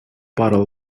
bottle